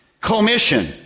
commission